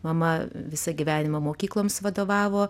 mama visą gyvenimą mokykloms vadovavo